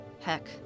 Heck